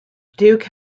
duke